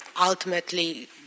ultimately